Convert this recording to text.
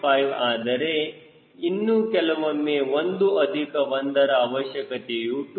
5 ಆದರೆ ಇನ್ನು ಕೆಲವೊಮ್ಮೆ 1 ಅಧಿಕ 1ರ ಅವಶ್ಯಕತೆ 2